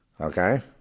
Okay